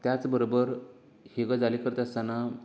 त्याच बरोबर ह्यो गजाली करता आसतना